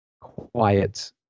quiet